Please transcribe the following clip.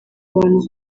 abantu